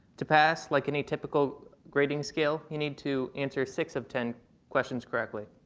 to pass like any typical grading scale, you need to answer six of ten questions correctly.